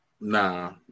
nah